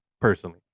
personally